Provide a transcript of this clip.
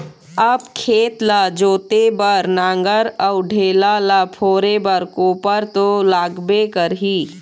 अब खेत ल जोते बर नांगर अउ ढेला ल फोरे बर कोपर तो लागबे करही